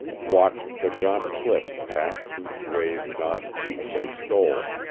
watched the gaunt cliffs past whose wave-gnawed feet they stole.